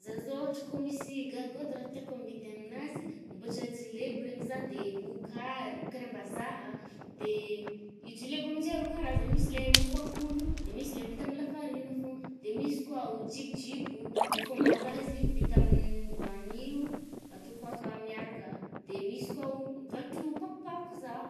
Zah zao ôhatra kô misy gargotte raha tiàko ambidy aminazy, mamboàtra jileby regny zah, de mokary, mokary ambazaha. De i jilebo amizay roa karazana, misy le mofo akondro, de misy le vita amy la farine fôgno. De misy koao jibijibo, mofo ambazaha izio vita amin’ny vanille io atôko aka miaraka. De misy koao mivarotro pakopako zaho.